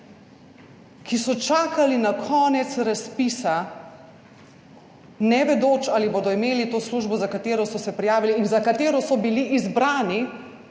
ki so čakali na konec razpisa, ne vedoč ali bodo imeli to službo za katero so se prijavili in za katero so bili izbrani